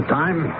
time